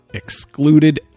excluded